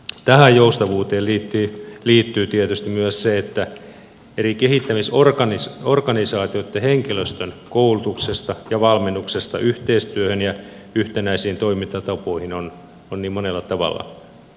tähän joustavuuteen liittyy tietysti myös se että eri kehittämisorganisaatioitten henkilöstön koulutuksesta ja valmennuksesta yhteistyöhön ja yhtenäisiin toimintatapoihin on niin monella tavalla huolehdittava